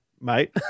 mate